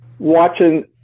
watching